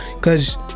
Cause